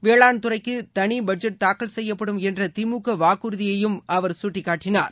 வேளாண் துறைக்குதளிபட்ஜெட் தாக்கல் செய்யப்படும் என்றதிமுகவாக்குறுதியையும் அவர் சுட்டிக்காட்டினார்